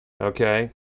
okay